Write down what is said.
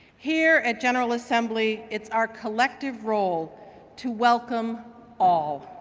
here at general assembly, it's our collective role to welcome all!